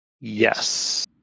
Yes